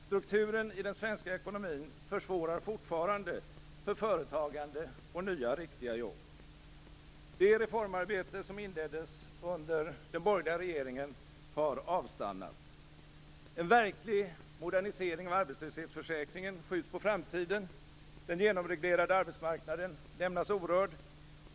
Strukturen i den svenska ekonomin försvårar fortfarande för företagande och nya riktiga jobb. Det reformarbete som inleddes under den borgerliga regeringen har avstannat. En verklig modernisering av arbetslöshetsförsäkringen skjuts på framtiden. Den genomreglerade arbetsmarknaden lämnas orörd.